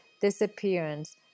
disappearance